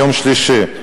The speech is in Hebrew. ביום שלישי,